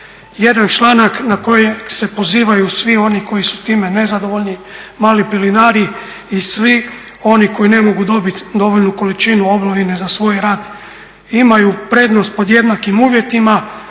Jedan članak na kojeg se pozivaju svi oni koji su time nezadovoljni, mali …/Govornik se ne razumije./… i svi oni koji ne mogu dobit dovoljnu količinu …/Govornik se ne razumije./… za svoj rad imaju prednost pod jednakim uvjetima,